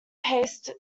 paste